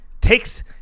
Takes